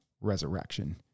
resurrection